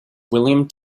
william